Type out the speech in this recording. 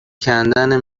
کندن